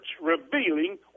revealing